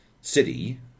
City